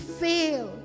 fail